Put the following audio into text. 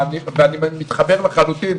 ואני מתחבר לחלוטין,